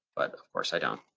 but of course i don't.